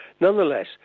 nonetheless